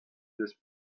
deus